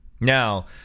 Now